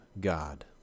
God